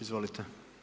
Izvolite.